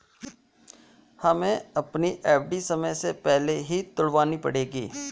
हमें हमारी एफ.डी समय से पहले ही तुड़वानी पड़ेगी